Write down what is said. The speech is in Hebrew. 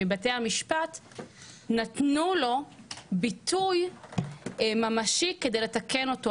מבתי המשפט נתנו לו ביטוי ממשי כדי לתקן אותו.